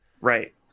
right